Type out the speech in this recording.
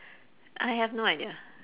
I have no idea